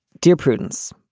dear prudence,